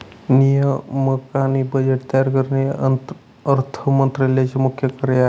नियामक आणि बजेट तयार करणे हे अर्थ मंत्रालयाचे मुख्य कार्य आहे